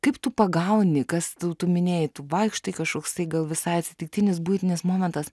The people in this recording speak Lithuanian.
kaip tu pagauni kas tau tu minėjai tu vaikštai kažkoks tai gal visai atsitiktinis buitinis momentas